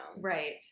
right